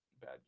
bad